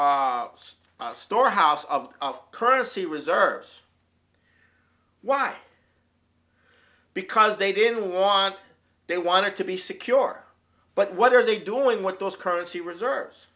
storehouse of currency reserves why because they didn't want they wanted to be secure but what are they doing what those currency reserves